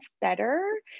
better